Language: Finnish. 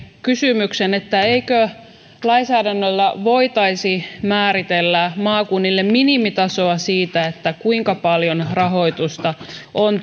kysymyksen eikö lainsäädännöllä voitaisi määritellä maakunnille minimitasoa kuinka paljon rahoitusta työllisyyspalveluihin on